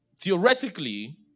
theoretically